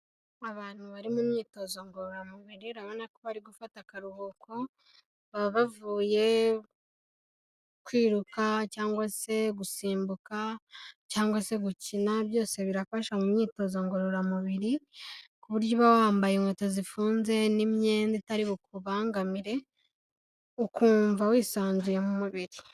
Abantu bari mu imyitozo ngororamubiriran ko bari gufata akaruhuko baba bavuye kwiruka cyangwa se gusimbuka cyangwa se gukina byose birafasha mu myitozo ngororamubiri ku buryo uba wambaye inkweto zifunze n'iyenda itari bukubangamire ukumva wisanzuye mu mubiri.